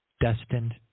destined